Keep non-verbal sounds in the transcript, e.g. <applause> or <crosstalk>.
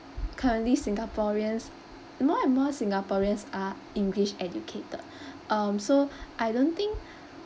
currently singaporeans more and more singaporeans are english educated <breath> um so I don't think